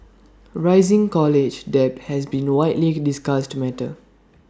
rising college debt has been A widely discussed matter